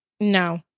No